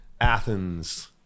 athens